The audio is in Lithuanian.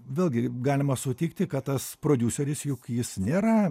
vėlgi galima sutikti kad tas prodiuseris juk jis nėra